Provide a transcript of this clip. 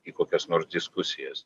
į kokias nors diskusijas